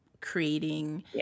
creating